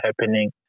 happening